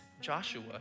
Joshua